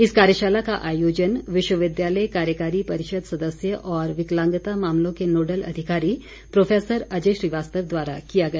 इस कार्यशाला का आयोजन विश्वविद्यालय कार्यकारी परिषद सदस्य और विकलांग्ता मामलों के नोडल अधिकारी प्रोफेसर अजय श्रीवास्तव द्वारा किया गया